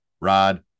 Rod